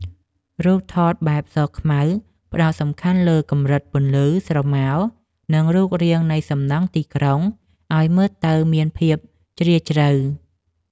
រូបថតបែបសខ្មៅ ផ្ដោតសំខាន់លើកម្រិតពន្លឺ ស្រមោល និងរូបរាងនៃសំណង់ទីក្រុងឱ្យមើលទៅមានភាពជ្រាលជ្រៅ។